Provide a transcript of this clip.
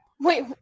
wait